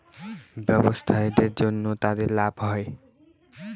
ব্যবসায়ীদের জন্য তাদের লাভ হয়